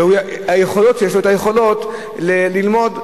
ויש לו היכולות ללמוד.